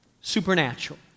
supernatural